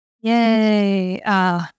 Yay